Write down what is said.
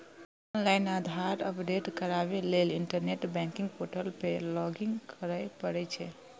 online Aadhaar update कराबै लेल internet banking portal पर लॉगइन करय पड़ै छै